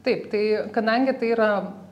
taip tai kadangi tai yra